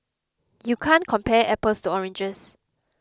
you can't compare apples to oranges